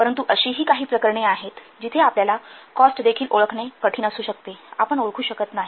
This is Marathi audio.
तर परंतु अशीही काही प्रकरणे आहेत जिथे आपल्याला कॉस्ट देखील ओळखणे कठिण असू शकते आपण ओळखू शकत नाही